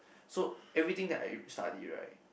so everything that I restudy right